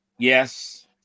Yes